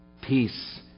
peace